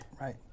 Right